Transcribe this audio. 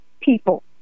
people